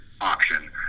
option